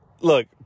look